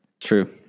True